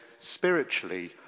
spiritually